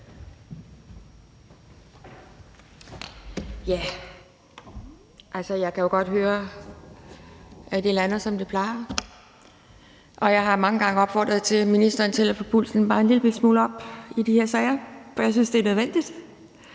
Jeg kan jo godt høre, at det lander, som det plejer. Og jeg har mange gange opfordret ministeren til at få pulsen bare en lillebitte smule op i de her sager, for jeg synes, det er nødvendigt,